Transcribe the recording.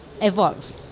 evolve